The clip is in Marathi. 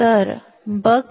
तर buck